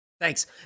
Thanks